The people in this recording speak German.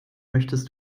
möchtest